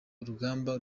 urugamba